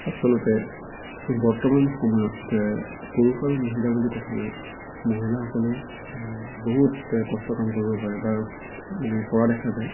আচলতে বৰ্তমান সময়ত পুৰুষ আৰু মহিলা বুলি কথা নাই মহিলাসকলেও বহুত কষ্ট কাম কৰিব পাৰে বা মানে কৰা দেখা যায়